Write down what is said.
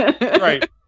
Right